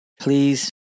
Please